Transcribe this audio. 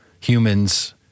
humans